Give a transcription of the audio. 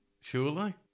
Surely